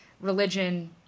religion